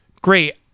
great